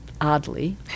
oddly